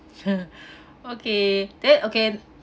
okay then okay